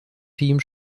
team